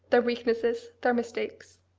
their weaknesses, their mistakes.